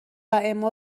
اما